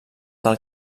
del